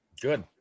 Good